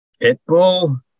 Pitbull